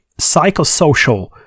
psychosocial